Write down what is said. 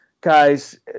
guys